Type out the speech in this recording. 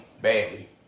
badly